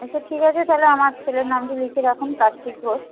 আচ্ছা ঠিক আছে তাহলে আমার ছেলের নামটা লিখে রাখুন কার্তিক ঘোষ